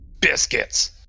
biscuits